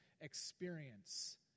experience